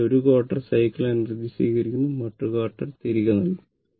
അതിനാൽ 1 quarter cycle energy സ്വീകരിക്കുന്നു മറ്റൊരു ക്വാട്ടർ സൈക്കിൾ അത് തിരികെ വരും